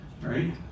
right